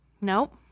Nope